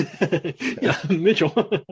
Mitchell